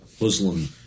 Muslim